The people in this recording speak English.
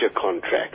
contract